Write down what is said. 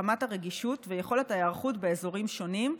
רמת הרגישות ויכולת ההיערכות באזורים שונים,